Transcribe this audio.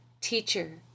teacher